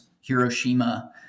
Hiroshima